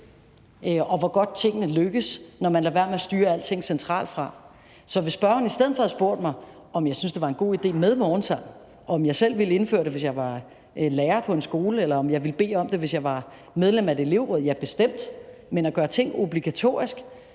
og hvor godt tingene lykkes, når man lader være med at styre alting centralt fra. Så hvis spørgeren i stedet for havde spurgt mig, om jeg syntes, det var en god idé med morgensang, og om jeg selv ville indføre det, hvis jeg var lærer på en skole, eller om jeg ville bede om det, hvis jeg var medlem af et elevråd, så vil jeg svare,